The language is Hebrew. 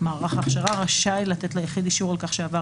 מערך ההכשרה רשאי לתת ליחיד אישור על כך שעבר